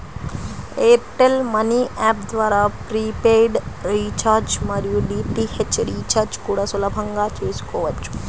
air tell money app ద్వారా prepaid recharge మరియు DTH recharge కూడా సులభంగా చేసుకోవచ్చు